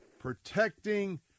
Protecting